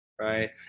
right